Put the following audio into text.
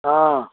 ಹಾಂ